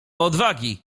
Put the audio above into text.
odwagi